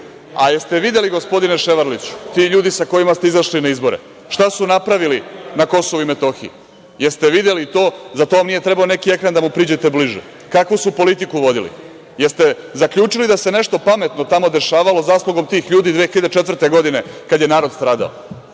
jeste videli, gospodine Ševarliću? Ti ljudi sa kojima ste izašli na izbore, šta su napravili na Kosovu i Metohiji? Jel ste videli to? Za to vam nije trebao neki ekran da mu priđete bliže. Kakvu su politiku vodili? Jel ste zaključili da se nešto pametno tamo dešavalo zaslugom tih ljudi 2004. godine kad je narod stradao?